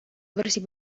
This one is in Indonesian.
bersih